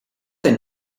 they